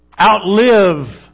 outlive